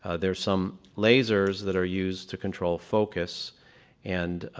ah there's some lasers that are used to control focus and